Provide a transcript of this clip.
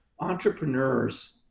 entrepreneurs